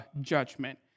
judgment